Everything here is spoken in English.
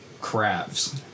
crabs